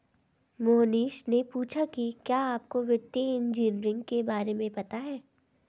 मोहनीश ने पूछा कि क्या आपको वित्तीय इंजीनियरिंग के बारे में पता है?